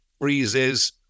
freezes